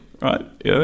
Right